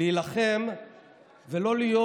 להילחם ולא להיות